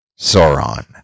Sauron